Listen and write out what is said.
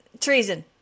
treason